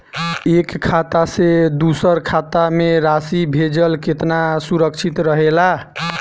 एक खाता से दूसर खाता में राशि भेजल केतना सुरक्षित रहेला?